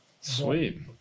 Sweet